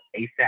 ASAP